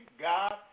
God